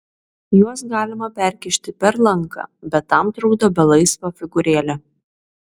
juos galima perkišti per lanką bet tam trukdo belaisvio figūrėlė